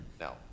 Now